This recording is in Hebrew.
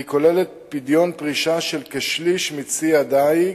והיא כוללת פדיון פרישה של כשליש מצי הדיג,